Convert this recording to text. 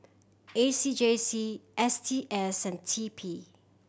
A C J C S T S and T P